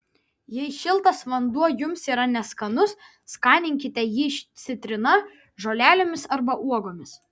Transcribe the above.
jei šiltas vanduo jums yra neskanus skaninkite jį citrina žolelėmis arba uogomis